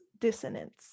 dissonance